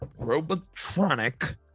robotronic